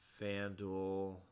FanDuel